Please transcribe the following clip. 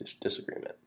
disagreement